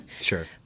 Sure